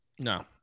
No